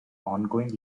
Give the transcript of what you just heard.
ongoing